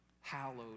hallowed